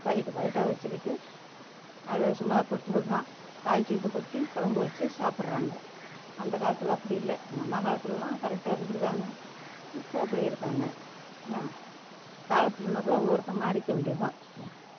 packet பாக்கெட்டாக வெச்சுக்கிட்டு அதை சும்மா கொட்றது தான் தாளிச்சுட்டு கொட்டி கொழம்பு வெச்சு சாப்பிட்றாங்க அந்தக் காலத்தில் அப்படி இல்லை எங்கள் அம்மா காலத்தில்லாம் கரெக்டாக இருந்திருக்காங்க இப்போ அப்படி இருக்காங்க என்ன காலத்துக்கு தகுந்தாப்பில ஒவ்வொருத்தர் மாறிக்க வேண்டியது தான்